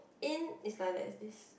in is like that is this